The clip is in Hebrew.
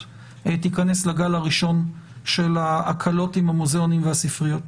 תיכנס לגל הראשון של ההקלות עם המוזיאונים והספריות.